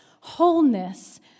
wholeness